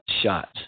shots